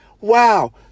Wow